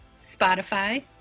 Spotify